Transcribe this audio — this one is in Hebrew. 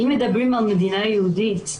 אם מדברים על מדינה יהודית,